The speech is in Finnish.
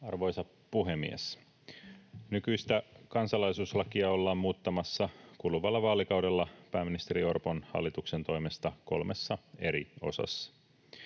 Arvoisa puhemies! Nykyistä kansalaisuuslakia ollaan muuttamassa kuluvalla vaalikaudella pääministeri Orpon hallituksen toimesta kolmessa eri osassa.